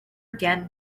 again